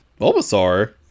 bulbasaur